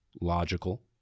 logical